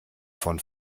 von